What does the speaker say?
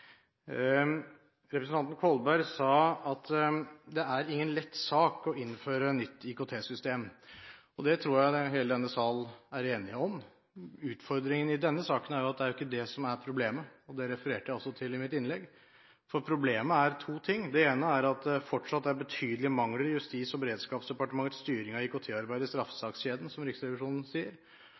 Representanten Kolberg sa at det er ingen lett sak å innføre nytt IKT-system. Det tror jeg alle i denne salen er enige om. Utfordringene i denne saken er at det er jo ikke det som er problemet, det refererte jeg også til i mitt innlegg. Problemet er to ting: Det ene er at det fortsatt er betydelige mangler i Justis- og beredskapsdepartementets styring av IKT-arbeidet i straffesakskjeden, som Riksrevisjonen sier,